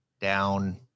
down